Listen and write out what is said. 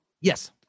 Yes